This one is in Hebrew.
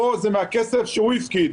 פה זה מהכסף שהוא הפקיד,